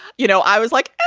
you know, i was like,